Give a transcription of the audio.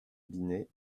binet